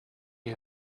you